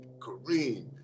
Kareem